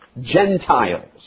Gentiles